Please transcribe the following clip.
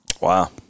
Wow